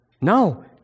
No